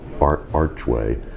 archway